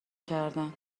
کردن